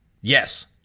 Yes